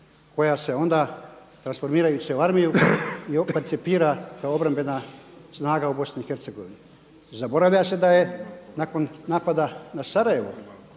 koja se onda transformirajući se u armiju percipira kao obrambena snaga u Bosni i Hercegovini. Zaboravlja se da je nakon napada na Sarajevo,